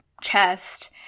chest